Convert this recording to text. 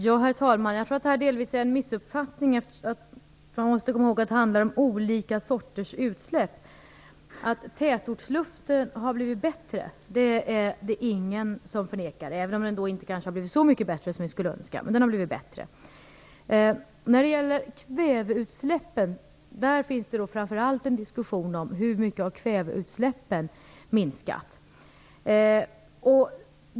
Herr talman! Jag tror att det delvis handlar om en missuppfattning här. Man måste komma ihåg att det handlar om olika sorters utsläpp. Att tätortsluften har blivit bättre är det ingen som förnekar. Även om den kanske inte blivit så mycket bättre, som vi ju skulle önska, har den blivit bättre. Det förekommer en diskussion framför allt om hur mycket kväveutsläppen har minskat.